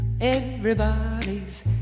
Everybody's